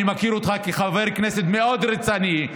אני מכיר אותך כחבר כנסת מאוד רציני.